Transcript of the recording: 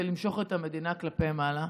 ולמשוך את המדינה כלפי מעלה.